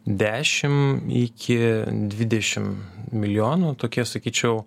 dešim iki dvidešim milijonų tokie sakyčiau